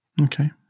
Okay